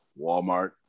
Walmart